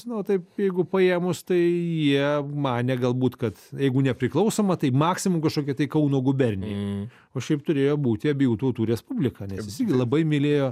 nu taip jeigu paėmus tai jie manė galbūt kad jeigu nepriklausoma tai maksimum kažkokia tai kauno gubernija o šiaip turėjo būti abiejų tautų respublika nes jis irgi labai mylėjo